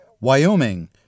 Wyoming